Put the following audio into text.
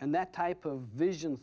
and that type of vision